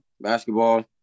basketball